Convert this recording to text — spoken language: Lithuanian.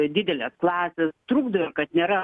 didelės klasės trukdo ir kad nėra